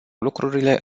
lucrurile